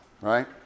Right